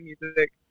music